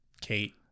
Kate